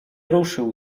ruszył